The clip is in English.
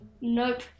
nope